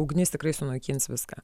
ugnis tikrai sunaikins viską